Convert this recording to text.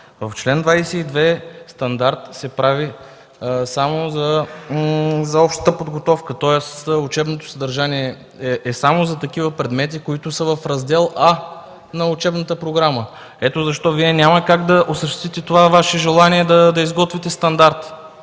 в чл. 22 – „стандарт се прави само за общата подготовка”, тоест учебното съдържание е само за такива предмети, които са в раздел „А” на учебната програма. Ето защо Вие няма как да осъществите това Ваше желание да изготвите стандарт,